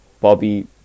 Bobby